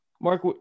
mark